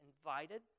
invited